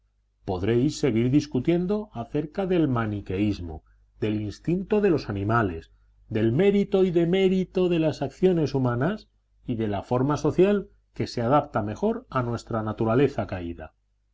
podréis seguir discutiendo acerca del maniqueísmo del instinto de los animales del mérito y demérito de las acciones humanas y de la forma social que se adapta mejor a nuestra naturaleza caída